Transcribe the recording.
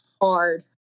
hard